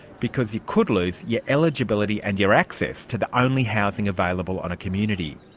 because you could lose your eligibility and your access to the only housing available on a community.